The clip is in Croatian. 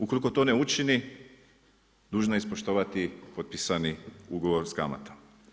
Ukoliko to ne učini dužna je ispoštovati potpisani ugovor sa kamatom.